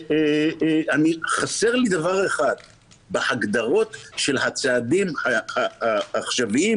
וחסר לי דבר אחד בהגדרות של הצעדים העכשוויים: